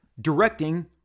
directing